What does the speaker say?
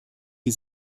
die